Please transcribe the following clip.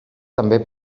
també